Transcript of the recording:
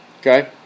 Okay